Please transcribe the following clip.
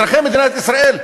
אזרחי מדינת ישראל,